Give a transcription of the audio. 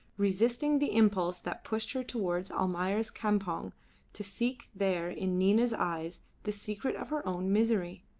resisting the impulse that pushed her towards almayer's campong to seek there in nina's eyes the secret of her own misery.